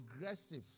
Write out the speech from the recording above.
aggressive